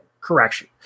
correction